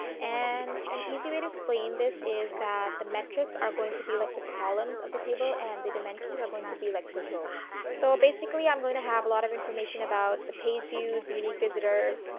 and an easy way to explain this is that the metrics are going to be like the columns of the table and the dimensions are going to be like the rows. so, basically i am going to have a lot of information about the page views, unique visitors,